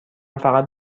فقط